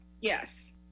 yes